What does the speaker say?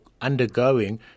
undergoing